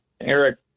Eric